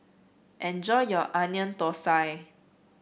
enjoy your Onion Thosai